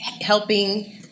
helping